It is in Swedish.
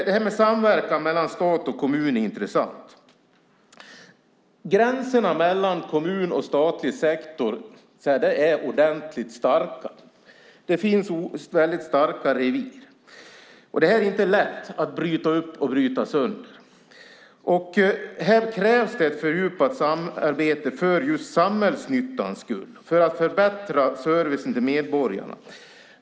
Detta med samverkan mellan stat och kommun är intressant. Gränserna mellan en kommun och statlig sektor är ordentligt starka; det finns väldigt starka revir. Det är inte lätt att bryta upp och bryta sönder i det avseendet, så det krävs ett fördjupat samarbete för just samhällsnyttans skull, för att förbättra servicen till medborgarna.